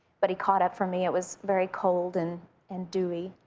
but he caught up from me. it was very cold and and dewy.